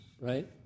right